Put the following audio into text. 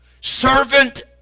servant